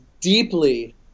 deeply